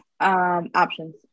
Options